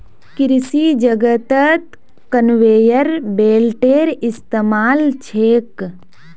कृषि जगतत कन्वेयर बेल्टेर इस्तमाल छेक